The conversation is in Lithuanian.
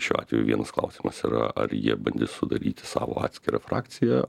šiuo atveju vienas klausimas yra ar jie bandys sudaryti savo atskirą frakciją